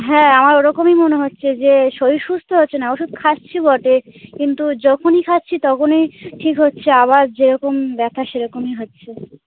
হ্যাঁ আমার ওরকমই মনে হচ্চে যে শরীর সুস্থ হচ্ছে না ওষুধ খাচ্ছি বটে কিন্তু যখনই খাচ্ছি তখনই ঠিক হচ্ছে আবার যেরকম ব্যথা সেরকমই হচ্ছে